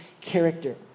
character